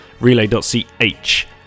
Relay.ch